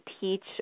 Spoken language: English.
teach